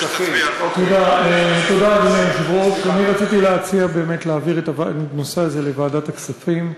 אני ביקשתי לוועדת כספים,